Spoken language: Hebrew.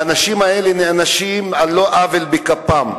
האנשים האלה נענשו על לא עוול בכפם.